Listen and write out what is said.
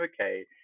okay